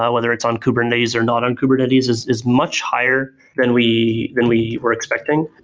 um whether it's on kubernetes or not on kubernetes is is much higher than we than we were expecting.